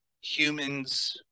humans